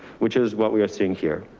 which is what we are seeing here.